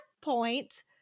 point